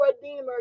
redeemer